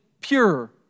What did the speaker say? pure